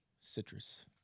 Citrus